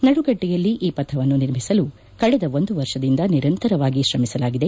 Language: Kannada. ನಡುಗಡ್ಡೆಯಲ್ಲಿ ಈ ಪಥವನ್ನು ನಿರ್ಮಿಸಲು ಕಳೆದ ಒಂದು ವರ್ಷದಿಂದ ನಿರಂತರವಾಗಿ ಶ್ರಮಿಸಲಾಗಿದೆ